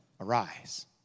arise